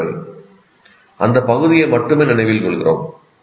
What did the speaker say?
போன்றவை அந்த பகுதியை மட்டுமே நினைவில் கொள்கிறோம்